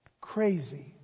Crazy